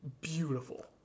beautiful